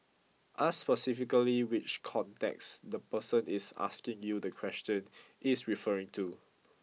ask specifically which context the person is asking you the question is referring to